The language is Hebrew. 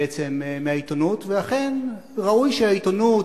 בעצם, מהעיתונות, ואכן ראוי שהעיתונות,